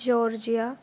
Georgia